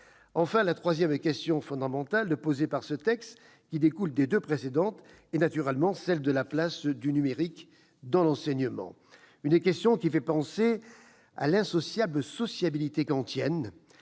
Enfin, la troisième question fondamentale posée par ce texte, qui découle des deux précédentes, est naturellement celle de la place du numérique dans l'enseignement. Cette question fait penser à l'« insociable sociabilité » kantienne.